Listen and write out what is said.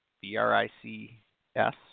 B-R-I-C-S